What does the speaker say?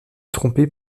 trompé